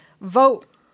vote